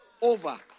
over